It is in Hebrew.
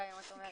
שלישית.